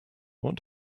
what